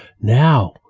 Now